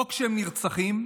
או כשהם נרצחים,